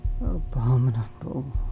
Abominable